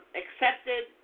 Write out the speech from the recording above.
accepted